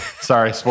Sorry